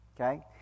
okay